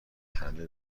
همه